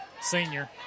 senior